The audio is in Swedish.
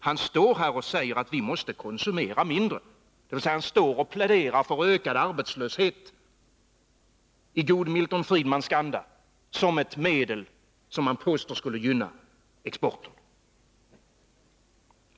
Han står här och säger att vi måste konsumera mindre, dvs. han står här och pläderar för ökad arbetslöshet i god Milton Friedmansk anda som ett medel som skulle gynna exporten. Det är den ena frågan.